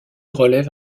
relève